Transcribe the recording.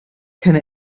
keine